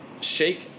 shake